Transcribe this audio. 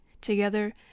together